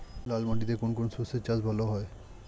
লাল মাটিতে কোন কোন শস্যের চাষ ভালো হয়?